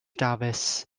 dafis